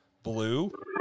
blue